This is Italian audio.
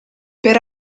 per